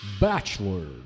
Bachelor